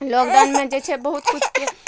लॉकडाउनमे जे छै बहुत किछुके